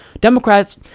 Democrats